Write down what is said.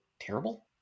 terrible